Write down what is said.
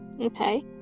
Okay